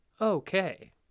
okay